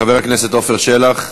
חבר הכנסת עפר שלח.